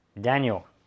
Daniel